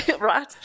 Right